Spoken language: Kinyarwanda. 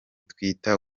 twita